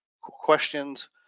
questions